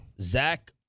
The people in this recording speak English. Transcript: Zach